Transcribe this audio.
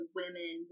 women